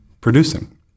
producing